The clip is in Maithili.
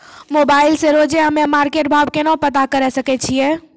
मोबाइल से रोजे हम्मे मार्केट भाव केना पता करे सकय छियै?